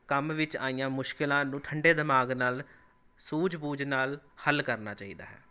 ਕੰਮ ਵਿੱਚ ਆਈਆਂ ਮੁਸ਼ਕਲਾਂ ਨੂੰ ਠੰਡੇ ਦਿਮਾਗ ਨਾਲ ਸੂਝ ਬੂਝ ਨਾਲ ਹੱਲ ਕਰਨਾ ਚਾਹੀਦਾ ਹੈ